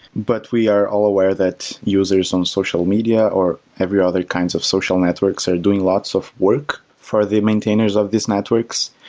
but we are all aware that users on social media, or every other kinds of social networks are doing lots of work for the maintainer of these networks,